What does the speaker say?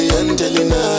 angelina